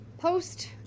Post